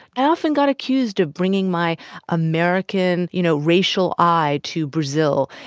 i often got accused of bringing my american, you know, racial eye to brazil.